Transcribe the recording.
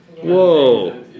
Whoa